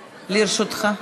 לרשותך,